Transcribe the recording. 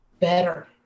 better